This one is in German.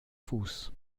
fuß